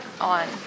on